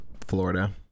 Florida